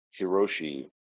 Hiroshi